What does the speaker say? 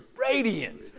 radiant